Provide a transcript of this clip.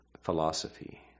philosophy